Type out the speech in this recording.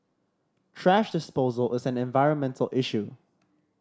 thrash disposal is an environmental issue